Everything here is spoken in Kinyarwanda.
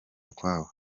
ukwabo